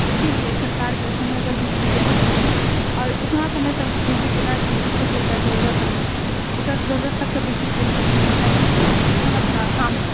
इसीलिए सरकारके समय पर बिजली देना चाही आओर उतना समय तक बिजली देना चाही जबतक के ओकरा जरुरत रहै छै ओकरा जरुरत तक के बिजली देना चाही तैं किसान अपना काम कर